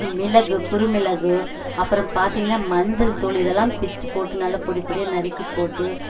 மிளகு குறுமிளகு அப்புறம் பார்த்திங்கனா மஞ்சள் தூள் இதெல்லாம் பிச்சுப்போட்டு நல்லா பொடிப்பொடியாக நறுக்கிப்போட்டு